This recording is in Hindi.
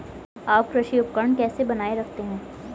आप कृषि उपकरण कैसे बनाए रखते हैं?